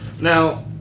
Now